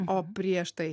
o prieš tai